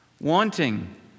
wanting